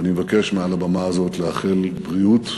ואני מבקש מעל הבמה הזאת לאחל בריאות